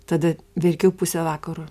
tada verkiau pusę vakaro